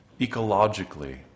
ecologically